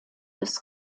des